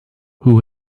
who